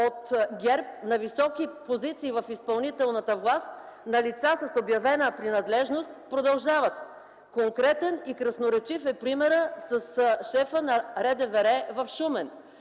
от ГЕРБ на високи позиции в изпълнителната власт на лицата с обявена принадлежност продължават. Конкретен и красноречив е примерът с шефа на РДВР в Шумен,